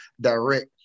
direct